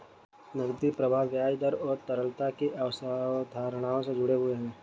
नकदी प्रवाह ब्याज दर और तरलता की अवधारणाओं से जुड़े हुए हैं